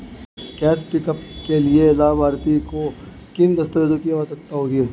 Cash pickup के लिए लाभार्थी को किन दस्तावेजों की आवश्यकता होगी?